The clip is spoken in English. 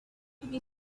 you